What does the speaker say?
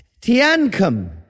Tiancum